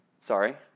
Sorry